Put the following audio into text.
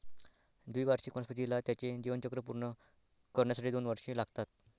द्विवार्षिक वनस्पतीला त्याचे जीवनचक्र पूर्ण करण्यासाठी दोन वर्षे लागतात